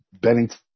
bennington